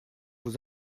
vous